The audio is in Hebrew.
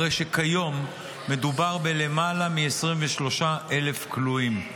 כיום מדובר בלמעלה מ-23,000 כלואים.